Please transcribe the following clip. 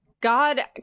God